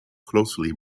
closely